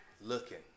looking